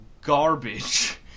garbage